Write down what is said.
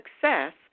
success